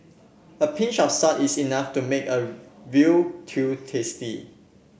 a pinch of salt is enough to make a veal stew tasty